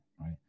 right